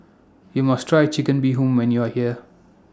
YOU must Try Chicken Bee Hoon when YOU Are here